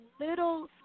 little